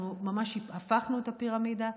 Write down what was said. אנחנו ממש הפכנו את הפירמידה,